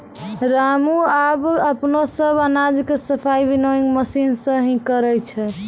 रामू आबॅ अपनो सब अनाज के सफाई विनोइंग मशीन सॅ हीं करै छै